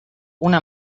una